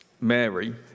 Mary